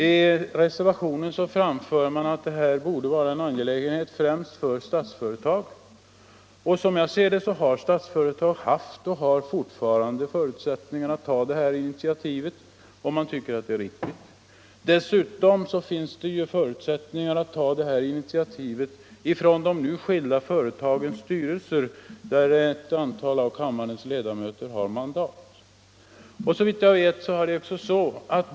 I reservationen 1 framförs att detta borde vara en angelägenhet främst för Statsföretag. Statsföretag har haft och har fortfarande förut sättningar att ta detta initiativ, om det anses vara riktigt. Dessutom kan de nu skilda företagens styrelser, där ett antal av kammarens ledamöter har mandat, ta initiativet.